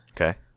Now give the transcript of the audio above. Okay